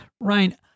Ryan